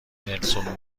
نلسون